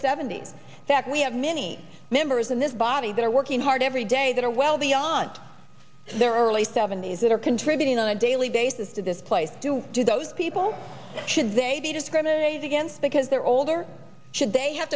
seventy's that we have many members in this body that are working hard every day that are well beyond their early seventy's that are contributing on a daily basis to this place to do those people should they be discriminated against because they're older should they have